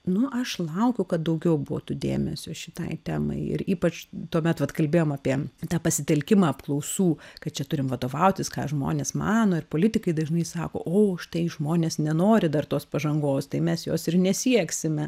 nu aš laukiu kad daugiau būtų dėmesio šitai temai ir ypač tuomet vat kalbėjom apie tą pasitelkimą apklausų kad čia turim vadovautis ką žmonės mano ir politikai dažnai sako o štai žmonės nenori dar tos pažangos tai mes jos ir nesieksime